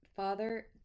Father